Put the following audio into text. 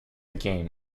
game